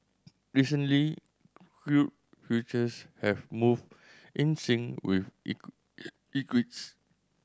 recently crude futures have moved in sync with